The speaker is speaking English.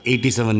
87